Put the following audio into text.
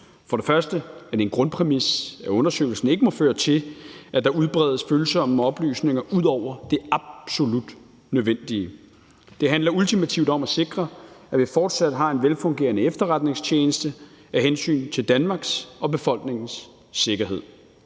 For det første er det en grundpræmis, at undersøgelsen ikke må føre til, at der udbredes følsomme oplysninger ud over det absolut nødvendige. Det handler ultimativt om at sikre, at vi fortsat har en velfungerende efterretningstjeneste af hensyn til Danmarks og befolkningens sikkerhed.